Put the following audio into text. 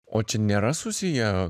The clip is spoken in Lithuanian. o čia nėra susiję